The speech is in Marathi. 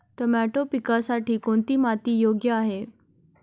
टोमॅटो पिकासाठी कोणती माती योग्य आहे?